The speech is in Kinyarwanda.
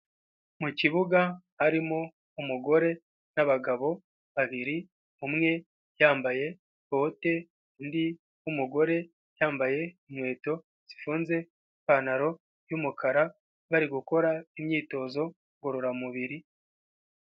Mu kibuga harimo umugore n'abagabo babiri umwe yambaye bote undi w'umugore yambaye inkweto zifunze n'ipantaro y'umukara bari gukora imyitozo ngororamubiri.